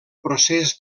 procés